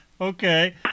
Okay